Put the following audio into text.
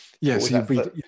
Yes